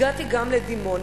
הגעתי גם לדימונה.